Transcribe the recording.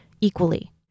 equally